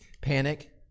Panic